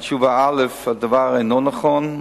התשובה: 1 2. הדבר אינו נכון.